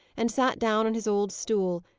and sat down on his old stool,